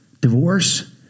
divorce